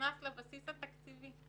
נכנס לבסיס התקציבי